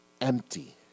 empty